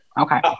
Okay